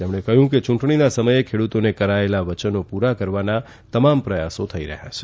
તેમણે કહ્યું કે યૂંટણીના સમયે ખેડૂતોને કરાયેલાં વયનો પૂરા કરવાના તમામ પ્રયાસો થઇ રહ્યાં છે